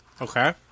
Okay